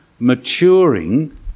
maturing